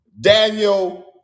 Daniel